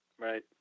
Right